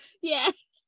Yes